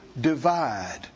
divide